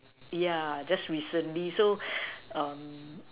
yeah just recently so um